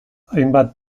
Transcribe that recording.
hainbat